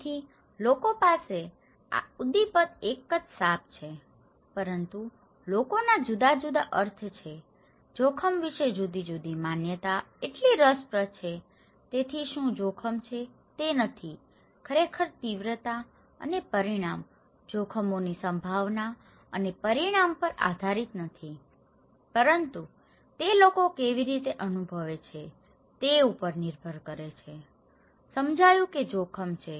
તેથી લોકો પાસે આ ઉદ્દીપન એક જ સાપ છે પરંતુ લોકોના જુદા જુદા અર્થ છે જોખમ વિશે જુદી જુદી માન્યતાઓ એટલી રસપ્રદ છે તેથી શું જોખમ છે તે નથી ખરેખર તીવ્રતા અને પરિણામ જોખમોની સંભાવના અને પરિણામ પર આધારિત નથી પરંતુ તે લોકો કેવી રીતે અનુભવે છે તે પણ નિર્ભર કરે છે સમજાયું કે જોખમ છે